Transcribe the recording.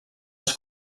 les